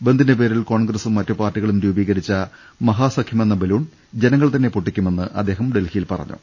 ബന്ദിന്റെ പേരിൽ കോൺഗ്രസും മറ്റ് പാർട്ടികളും രൂപീകരിച്ച മഹാ സഖ്യമെന്ന ബലൂൺ ജനങ്ങൾ തന്നെ പൊട്ടിക്കുമെന്ന് അദ്ദേഹം ഡൽഹി യിൽ പറഞ്ഞു